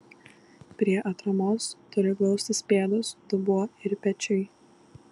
prie atramos turi glaustis pėdos dubuo ir pečiai